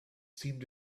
seemed